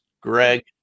Greg